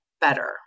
better